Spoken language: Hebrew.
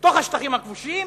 בתוך השטחים הכבושים